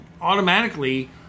automatically